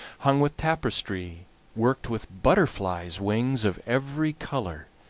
hung with tapestry worked with butterflies' wings of every color